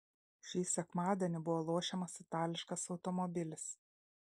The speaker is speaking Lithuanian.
šį sekmadienį buvo lošiamas itališkas automobilis